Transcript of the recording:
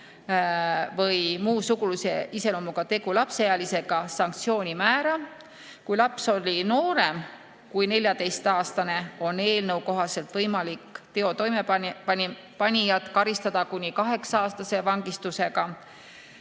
või muu sugulise iseloomuga tegu lapseealisega, sanktsiooni määra. Kui laps on noorem kui 14‑aastane, on eelnõu kohaselt võimalik teo toimepanijat karistada kuni kaheksa-aastase vangistusega,